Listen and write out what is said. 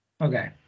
Okay